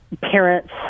parents